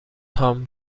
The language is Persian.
تام